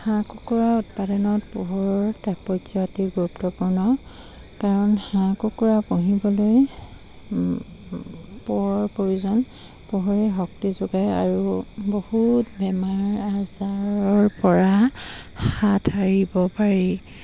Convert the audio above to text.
হাঁহ কুকুৰা উৎপাদনত পোহৰৰ তৎপৰ্য্য় অতি গুৰুত্বপূৰ্ণ কাৰণ হাঁহ কুকুৰা পুহিবলৈ পোহৰ প্ৰয়োজন পোহৰে শক্তি যোগায় আৰু বহুত বেমাৰ আজাৰৰ পৰা হাত সাৰিব পাৰি